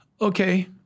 Okay